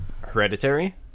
Hereditary